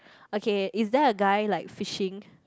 okay is there a guy like fishing